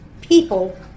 People